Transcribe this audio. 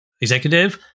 executive